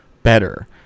better